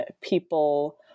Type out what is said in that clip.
people